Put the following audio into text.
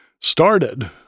started